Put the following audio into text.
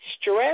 stress